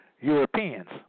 Europeans